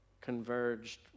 converged